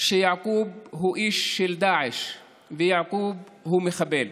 שיעקוב הוא איש של דאעש ויעקוב הוא מחבל.